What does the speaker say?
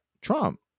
Trump